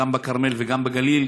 גם בכרמל וגם בגליל,